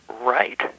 right